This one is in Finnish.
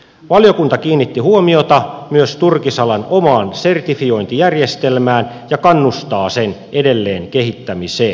valiokunta kiinnitti huomiota myös turkisalan omaan sertifiointijärjestelmään ja kannustaa sen edelleen kehittämiseen